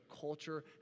culture